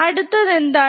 അടുത്തത് എന്താണ്